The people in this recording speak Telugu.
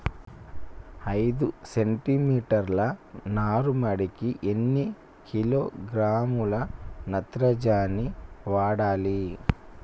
ఐదు సెంటి మీటర్ల నారుమడికి ఎన్ని కిలోగ్రాముల నత్రజని వాడాలి?